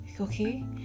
Okay